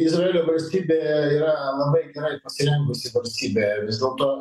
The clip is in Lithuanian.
izraelio valstybė yra labai gerai pasirengusi valstybė vis dėlto